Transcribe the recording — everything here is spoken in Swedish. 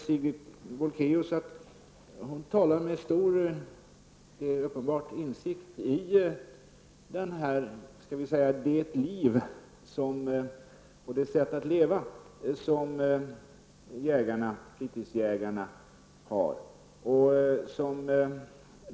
Sigrid Bolkéus talar med stor insikt om det liv och det sätt att leva som fritidsjägarna har.